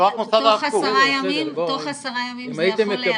לא רק מוסד הרב קוק --- תוך עשרה ימים זה יכול להיעשות?